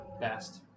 best